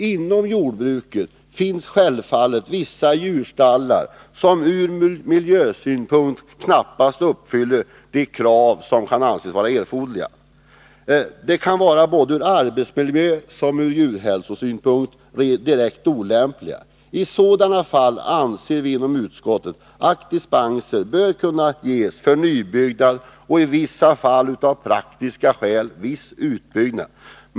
Inom jordbruket finns självfallet vissa djurstallar som ur miljösynpunkt knappast uppfyller de krav som kan anses vara erforderliga. De kan vara såväl ur arbetsmiljösom ur djurhälsosynpunkt direkt olämpliga. I sådana 149 fall anser utskottet att dispenser bör kunna ges för nybyggnad. Av praktiska skäl kan i vissa fall dispens ges också för viss utbyggnad.